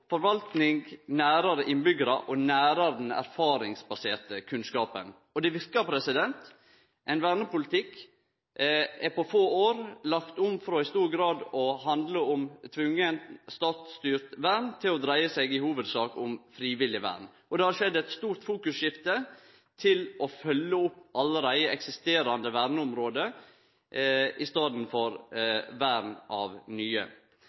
forvaltning nærare innbyggjarar og nærare den erfaringsbaserte kunnskapen. Og det verker! Ein vernepolitikk er på få år lagt om frå i stor grad å handle om tvungen, statsstyrt vern til å dreie seg i hovudsak om frivillig vern – eit stort fokusskifte til å følgje opp allereie eksisterande verneområde i staden for vern av nye.